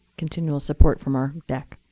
continual support from our dac.